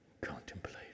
Contemplate